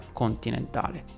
continentale